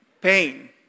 pain